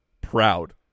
proud